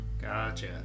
gotcha